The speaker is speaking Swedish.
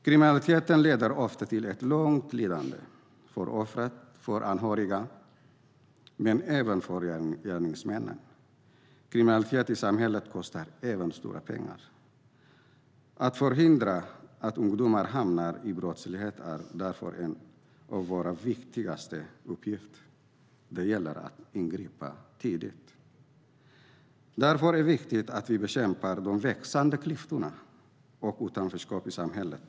Kriminaliteten leder ofta till ett långt lidande - för offret och för anhöriga men även för gärningsmannen. Kriminaliteten i samhället kostar också stora pengar. Att förhindra att ungdomar hamnar i brottslighet är därför en av våra viktigaste uppgifter. Det gäller att ingripa tidigt, och därför är det viktigt att vi bekämpar de växande klyftorna och utanförskap i samhället.